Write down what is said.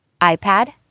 iPad